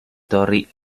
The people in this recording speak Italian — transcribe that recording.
torri